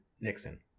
Nixon